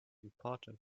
important